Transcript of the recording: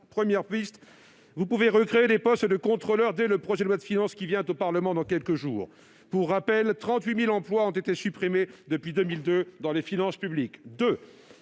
Premièrement, vous pouvez recréer des postes de contrôleur dès le projet de loi de finances qui vient devant le Parlement dans quelques jours. Pour rappel, 38 000 emplois ont été supprimés depuis 2002 dans les finances publiques.